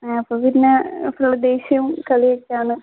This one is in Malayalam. അപ്പോൾ പിന്നെ ഫുൾ ദേഷ്യവും കളിയൊക്കെ ആണ്